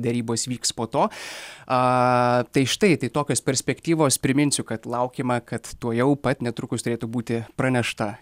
derybos vyks po to a tai štai tai tokios perspektyvos priminsiu kad laukiama kad tuojau pat netrukus turėtų būti pranešta